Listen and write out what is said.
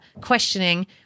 questioning